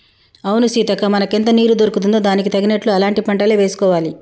అవును సీతక్క మనకెంత నీరు దొరుకుతుందో దానికి తగినట్లు అలాంటి పంటలే వేసుకోవాలి